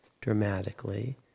dramatically